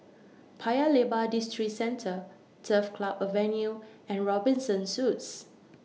Paya Lebar Districentre Turf Club Avenue and Robinson Suites